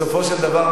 בסופו של דבר,